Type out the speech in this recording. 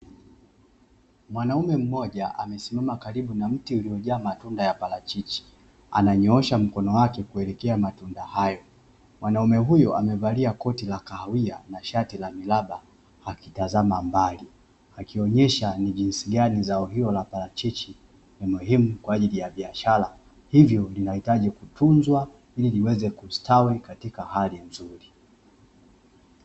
Mwanaume mmoja amesimama karibu na mti uliojaa matunda ya parachichi ananyoosha mkono wake kuelekea matunda hayo. mwanaume huyo amevalia koti la kahawia na shati la mraba akionesha jinsi gani kilimo cha parachichi kwa biashara akitazama mbali akionesha jinsi gani zao hilo la parachichi ni muhimu kwa ajili ya biashara hivyo na kutunzwa yawe katika hali nzuri.